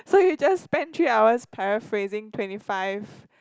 so you just spent three hours paraphrasing twenty five